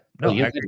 No